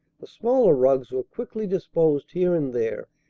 the smaller rugs were quickly disposed here and there,